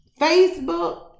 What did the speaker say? Facebook